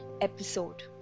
episode